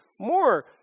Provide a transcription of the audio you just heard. more